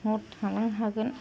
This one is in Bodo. हर थानो हागोन